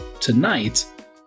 tonight